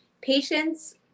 patients